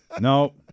No